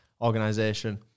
organization